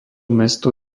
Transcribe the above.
mesto